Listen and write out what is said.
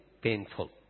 painful